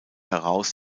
heraus